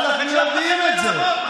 שם ההדבקה יותר, אז מה נעשה?